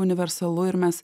universalu ir mes